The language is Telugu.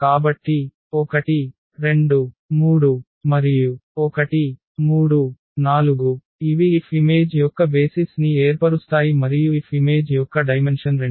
కాబట్టి 1 2 3 1 3 4 ఇవి F ఇమేజ్ యొక్క బేసిస్ ని ఏర్పరుస్తాయి మరియు F ఇమేజ్ యొక్క డైమెన్షన్ 2